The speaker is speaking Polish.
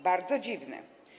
Bardzo dziwne.